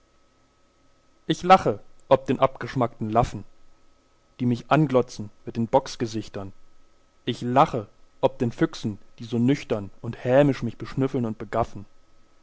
ich lache ob den abgeschmackten laffen die mich anglotzen mit den bocksgesichtern ich lache ob den füchsen die so nüchtern und hämisch mich beschnüffeln und begaffen